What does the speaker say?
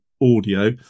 audio